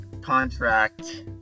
contract